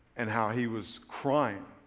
and how he was crying,